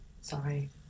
Sorry